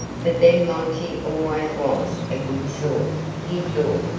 but then monty always was a good sort, he thought,